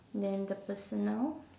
then the personal